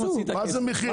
מה זה מחיר?